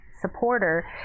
supporter